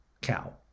cow